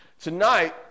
Tonight